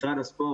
משרד הספורט,